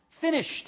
finished